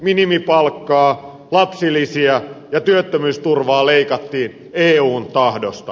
minimipalkkaa lapsilisiä ja työttömyysturvaa leikattiin eun tahdosta